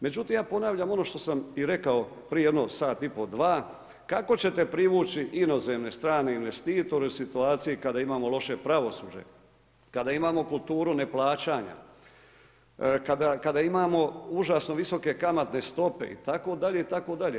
Međutim ja ponavljam ono što sam i rekao prije jedno sat i pol, dva, kako ćete privući inozemne strane investitore u situaciji kada imamo loše pravosuđe, kada imamo kulturu neplaćanja, kada imamo užasno visoke kamatne stope itd., itd.